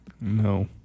No